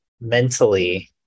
mentally